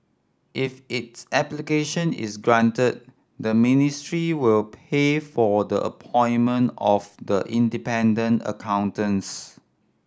if its application is granted the ministry will pay for the appointment of the independent accountants